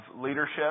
leadership